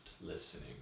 listening